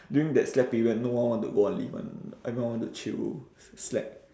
during that slack period no one want to go on leave [one] everyone want to chill s~ slack